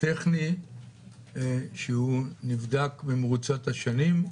טכני שנבדק במרוצת השנים?